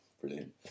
brilliant